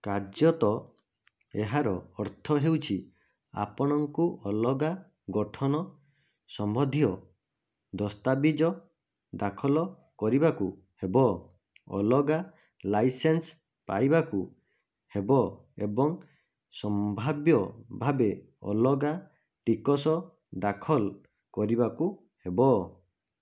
କାର୍ଯ୍ୟତଃ ଏହାର ଅର୍ଥ ହେଉଛି ଆପଣଙ୍କୁ ଅଲଗା ଗଠନ ସମ୍ବନ୍ଧୀୟ ଦସ୍ତାବିଜ ଦାଖଲ କରିବାକୁ ହେବ ଅଲଗା ଲାଇସେନ୍ସ ପାଇବାକୁ ହେବ ଏବଂ ସମ୍ଭାବ୍ୟ ଭାବେ ଅଲଗା ଟିକସ ଦାଖଲ କରିବାକୁ ହେବ